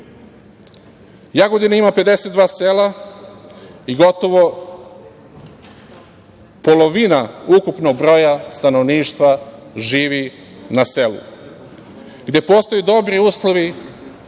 ima 52 sela i gotovo polovina ukupnog broja stanovništva živi na selu, gde postoje dobri uslovi